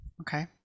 Okay